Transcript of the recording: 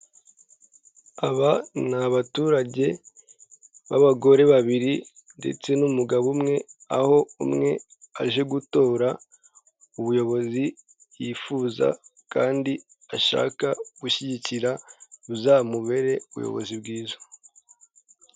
Aba ni abaturage b'abagore babiri ndetse n'umugabo umwe, aho umwe aje gutora ubuyobozi yifuza kandi ashaka gushyigikira, buzamubere ubuyobozi bwiza.